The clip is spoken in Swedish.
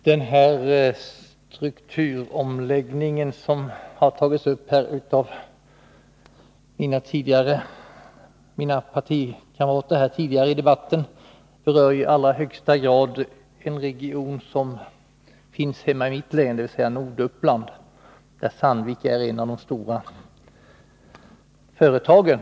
Herr talman! Den strukturomläggning som tidigare i debatten tagits upp av mina partikamrater berör i allra högsta grad ett av mitt hemläns regioner, nämligen Norduppland, där Sandvik är ett av de stora företagen.